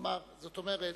זאת אומרת,